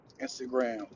Instagram